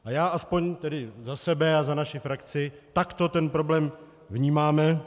A já aspoň za sebe a za naši frakci takto ten problém vnímáme.